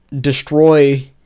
destroy